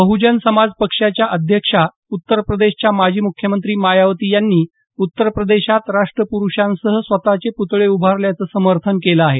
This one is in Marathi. बहुजन समाज पक्षाच्या अध्यक्ष उत्तर प्रदेशच्या माजी म्ख्यमंत्री मायावती यांनी उत्तरप्रदेशात राष्ट्रप्रुषांसह स्वतचे प्तळे उभारल्याचं समर्थन केलं आहे